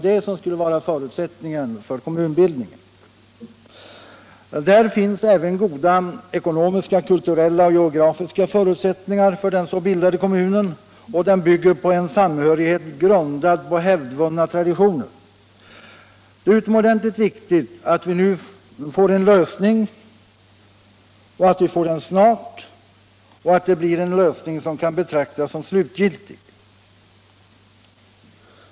Där finns även goda ekonomiska, kulturella och geografiska förutsättningar för den så bildade kommunen, och den bygger på en samhörighet grundad på hävdvunna traditioner. Det är utomordentligt viktigt att vi nu får en lösning som kan betraktas som slutgiltig.